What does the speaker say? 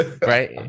right